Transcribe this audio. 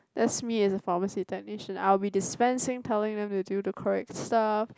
that's me as a pharmacy technician I will be dispensing telling them to do the correct stuff